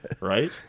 right